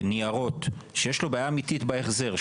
ניירות שיש לו בעיה אמיתית בהחזר,